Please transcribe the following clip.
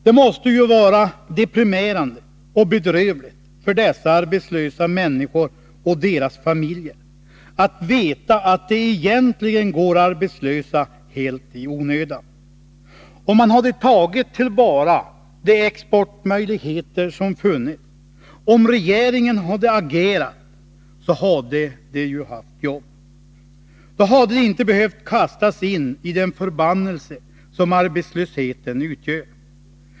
”Det måste ju vara deprimerande och bedrövligt för dessa arbetslösa människor och deras familjer att veta att de egentligen går arbetslösa helt i onödan. Om man hade tagit till vara de exportmöjligheter som funnits, om regeringen hade agerat, så hade de ju haft jobb. Då hade de inte behövt kastas in i den förbannelse som arbetslösheten utgör.